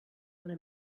una